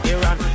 Iran